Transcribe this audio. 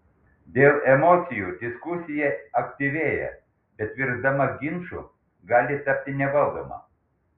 dėl emocijų diskusija aktyvėja bet virsdama ginču gali tapti nevaldoma